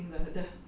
会很